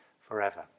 forever